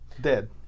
Dead